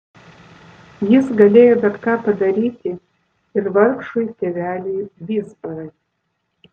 jis galėjo bet ką padaryti ir vargšui tėveliui vizbarai